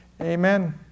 Amen